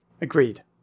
Agreed